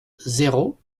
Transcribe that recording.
zéro